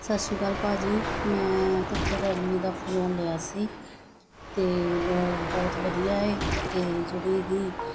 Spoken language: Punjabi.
ਸਤਿ ਸ਼੍ਰੀ ਅਕਾਲ ਭਾਅ ਜੀ ਮੈਂ ਤੁਹਾਡੇ ਤੋਂ ਰੇਡਮੀ ਦਾ ਫੋਨ ਲਿਆ ਸੀ ਅਤੇ ਉਹ ਬਹੁਤ ਵਧੀਆ ਹੈ ਅਤੇ ਜਿਹੜੀ ਇਹਦੀ